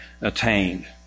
attained